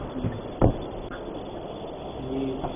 हूँ जी